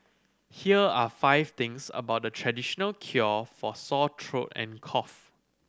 here are five things about the traditional cure for sore throat and cough